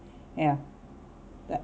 ya that